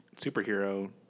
superhero